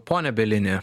pone bielini